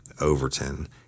Overton